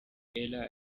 ella